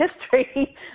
history